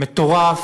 מטורף,